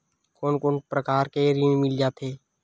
कोन कोन प्रकार के ऋण मिल जाथे?